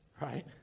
Right